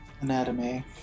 anatomy